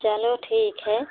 चलो ठीक है